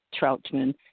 Troutman